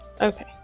Okay